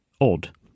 odd